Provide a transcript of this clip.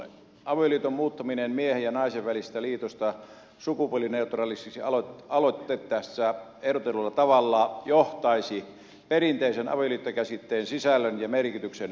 avioliiton muuttaminen miehen ja naisen välisestä liitosta sukupuolineutraaliksi aloitteessa ehdotetulla tavalla johtaisi perinteisen avioliittokäsitteen sisällön ja merkityksen muuttumiseen